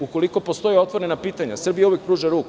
Ukoliko postoje otvorena pitanja, Srbija uvek pruža ruku.